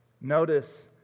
Notice